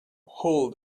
hold